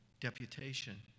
deputation